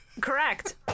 Correct